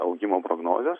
augimo prognozes